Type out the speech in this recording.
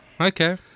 Okay